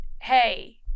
Hey